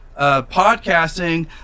podcasting